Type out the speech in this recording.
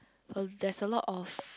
well there's a lot of